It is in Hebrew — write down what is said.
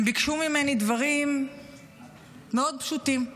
הם ביקשו ממני דברים מאוד פשוטים.